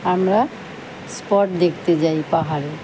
আমরা স্পট দেখতে যাই পাহাড়ে